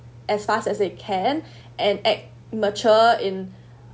as fast as they can and act mature in